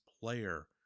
player